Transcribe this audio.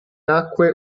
nacque